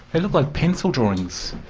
they look like pencil drawings.